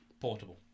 portable